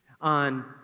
on